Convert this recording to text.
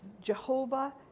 Jehovah